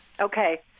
Okay